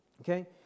Okay